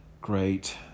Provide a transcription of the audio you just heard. Great